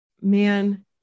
Man